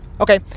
okay